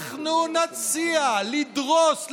אנחנו נציע לדרוס,